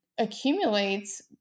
accumulates